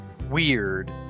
weird